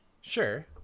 Sure